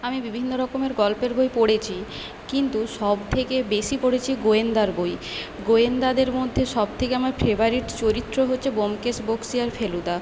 আমি বিভিন্ন রকমের গল্পের বই পড়েছি কিন্তু সবথেকে বেশি পড়েছি গোয়েন্দার বই গোয়েন্দাদের মধ্যে সবথেকে আমার ফেভারিট চরিত্র হচ্ছে ব্যোমকেশ বক্সী আর ফেলুদা